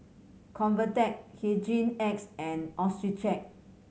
Convatec Hygin X and Accucheck